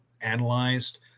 analyzed